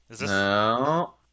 No